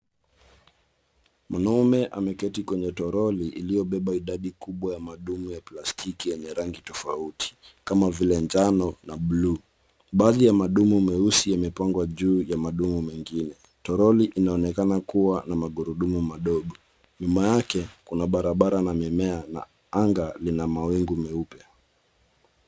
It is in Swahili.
Mwanaume ameketi kwenye toroli iliyobeba idadi kubwa ya madumo ya plastiki yenye rangi tofauti kama vile njano na blue . Baadhi ya madumu meusi yamepangwa juu ya madumo mengine. Toroli inaonekana kuwa na magurudumu madogo. Nyuma yake kuna barabara na mimea na anga lina mawingu meupe.